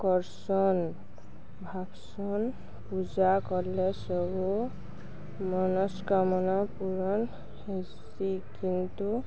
କର୍ସନ୍ ଭାବ୍ସନ ପୂଜା କଲେ ସବୁ ମନସ୍କାମନା ପୂରନ୍ ହେସିି କିନ୍ତୁ